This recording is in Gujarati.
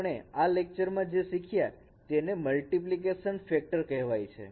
આપણે આ લેક્ચરમાં જે શીખ્યા તેને મલ્ટીપ્લિકેશન ફેક્ટર કહેવાય છે